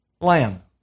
lamb